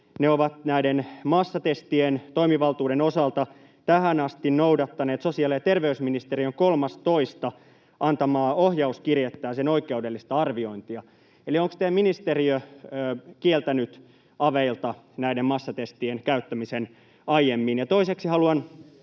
ne ovat näiden massatestien toimivaltuuden osalta tähän asti noudattaneet sosiaali‑ ja terveysministeriön 3.2. antamaa ohjauskirjettä ja sen oikeudellista arviointia. Eli onko teidän ministeriö kieltänyt aveilta näiden massatestien käyttämisen aiemmin? Ja toiseksi haluan